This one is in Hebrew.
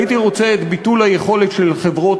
הייתי רוצה את ביטול היכולת של חברות